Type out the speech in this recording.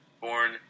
born